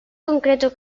concreto